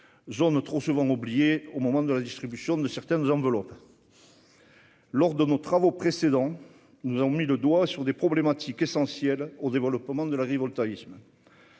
régions trop souvent oubliées au moment de la distribution de certaines enveloppes. Lors de nos travaux précédents, nous avions pointé des problématiques essentielles au développement de l'agrivoltaïsme,